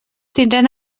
tindran